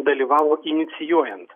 dalyvavo inicijuojant